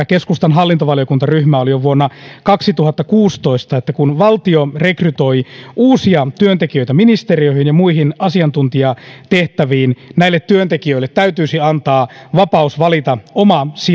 keskustan hallintovaliokuntaryhmä oli jo vuonna kaksituhattakuusitoista että kun valtio rekrytoi uusia työntekijöitä ministeriöihin ja muihin asiantuntijatehtäviin näille työntekijöille täytyisi antaa vapaus valita oma